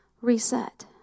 reset